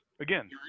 again